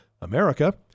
America—